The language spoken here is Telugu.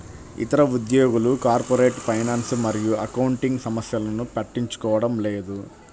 ఇతర ఉద్యోగులు కార్పొరేట్ ఫైనాన్స్ మరియు అకౌంటింగ్ సమస్యలను పట్టించుకోవడం లేదు